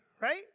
right